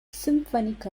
symphonic